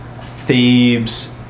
Thebes